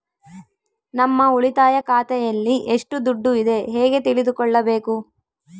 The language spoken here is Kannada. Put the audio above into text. ನಮ್ಮ ಉಳಿತಾಯ ಖಾತೆಯಲ್ಲಿ ಎಷ್ಟು ದುಡ್ಡು ಇದೆ ಹೇಗೆ ತಿಳಿದುಕೊಳ್ಳಬೇಕು?